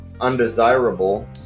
undesirable